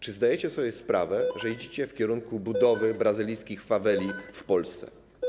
Czy zdajecie sobie sprawę, że idziecie w kierunku budowy brazylijskich faweli w Polsce?